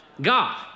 God